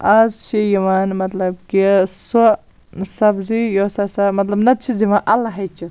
آز چھِ یِوان مَطلَب کہِ سۄ سَبزی یۄس ہَسا مَطلَب نَتہٕ چھِس دِوان اَلہٕ ہَچہِ